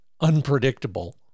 unpredictable